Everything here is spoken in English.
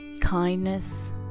kindness